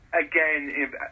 Again